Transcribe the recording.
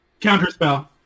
Counterspell